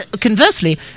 conversely